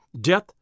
Death